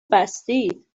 بستید